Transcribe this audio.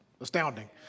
astounding